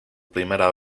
primera